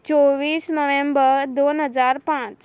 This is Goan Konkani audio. चोव्वीस नोव्हेंबर दोन हजार पांच